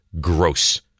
gross